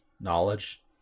knowledge